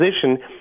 position